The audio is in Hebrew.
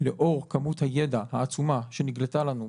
לאור כמות הידע העצומה שנגלתה לנו,